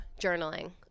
journaling